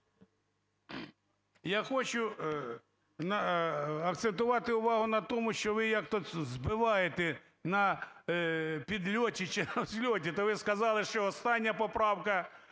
Я хочу акцентувати увагу на тому, що ви збиваєте на підльоті чи на взльоті. То ви сказали, що остання поправка,